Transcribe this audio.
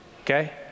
Okay